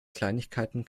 kleinigkeiten